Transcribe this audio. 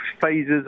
phases